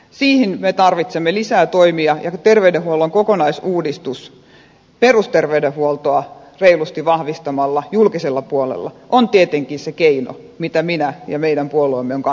siihen me tarvitsemme lisää toimia ja terveydenhuollon kokonaisuudistus vahvistamalla perusterveydenhuoltoa reilusti julkisella puolella on tietenkin se keino jota minä ja meidän puolueemme olemme kannattamassa